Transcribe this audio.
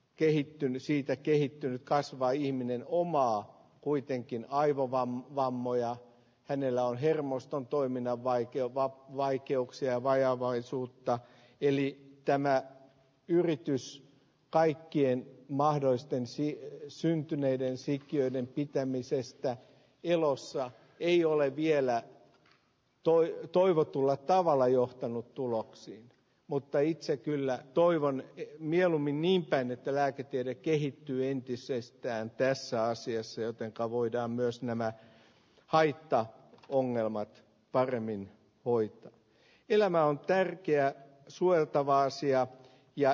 kehittynyt siitä kehittynyt kasvaa ihminen oma kuitenkin aivovamma vammoja hänellä on hermoston toimintaa vaikeuttaa vaikeuksia vajavaisuutta villiyttämää yritys kaikkien mahdollisten siinä syntyneiden sikiöiden pitämisestä elossa ei ole vielä toimi toivotulla tavalla johtanut tuloksiin mutta itse kyllä toivon mieluummin niin päin että lääketiede kehittyy entisestään tässä asiassa jotenka voidaan myös nämä aitta ongelmat paremmin poika elämä on perittyä suojeltava asia ja